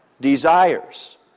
Desires